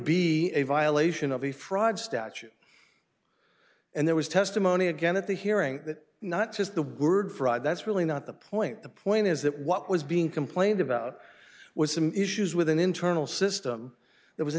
be a violation of a fraud statute and there was testimony again at the hearing that not just the word fraud that's really not the point the point is that what was being complained about was some issues with an internal system that was a